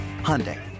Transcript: Hyundai